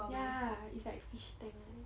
ya it's like fish tank ah